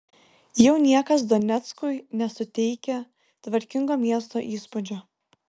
jau niekas doneckui nesuteikia tvarkingo miesto įspūdžio